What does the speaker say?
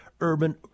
urban